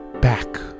back